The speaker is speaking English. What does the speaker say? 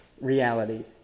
reality